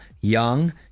young